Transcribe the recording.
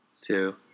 two